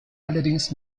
allerdings